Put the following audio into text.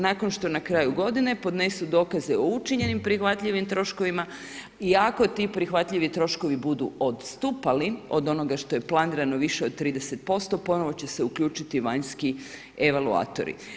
Nakon što na kraju godine, podnesu dokaze o činjenicama prihvatljivim troškovima i ako ti prihvatljivi troškovi budu odstupali od onoga što je planirano više od 30% ponovno će se uključiti vanjski evakuatori.